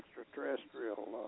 extraterrestrial